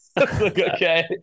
Okay